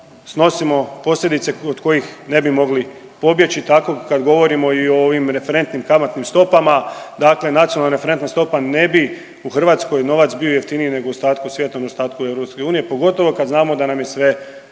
snosimo posljedice od kojih ne bi mogli pobjeći. Tako kad govorimo i o ovim referentnim kamatnim stopama, dakle nacionalna referentna stopa ne bi u Hrvatskoj novac bio jeftiniji nego u ostatku svijeta, ostatku EU pogotovo kad znamo da nam je sve